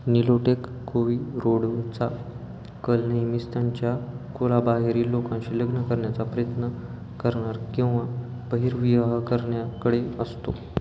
Nilotic कोवीरोंडोंचा कल नेहमीच त्यांच्या कुळाबाहेरील लोकांशी लग्न करण्याचा प्रयत्न करणार किंवा बहिर्विवाह करण्याकडे असतो